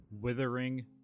withering